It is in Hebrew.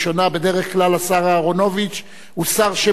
בדרך כלל השר אהרונוביץ הוא שר שמקפיד